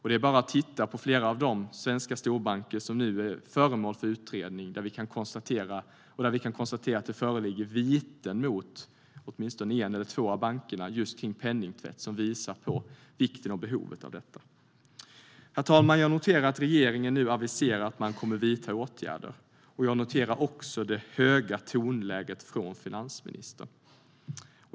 Det är bara att titta på flera av de svenska storbanker som nu är föremål för utredning, där vi kan konstatera att det föreligger viten mot åtminstone en eller två av bankerna för just penningtvätt, för att inse vikten och behovet av detta. Herr talman! Jag noterar att regeringen nu aviserar att man kommer att vidta åtgärder. Jag noterar också det höga tonläget från finansministern.